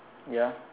ya